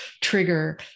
trigger